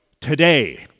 today